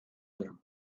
their